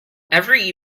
every